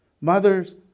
Mothers